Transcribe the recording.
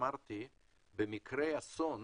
במקרה אסון